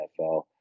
NFL